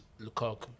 Lukaku